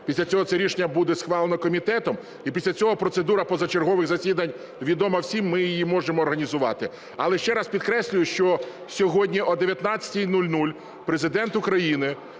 після цього це рішення буде схвалено комітетом, і після цього процедура позачергових засідань, відома всім, ми її можемо організувати. Але ще раз підкреслюю, що сьогодні о 19:00 Президент України